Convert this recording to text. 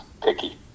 picky